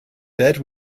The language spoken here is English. bed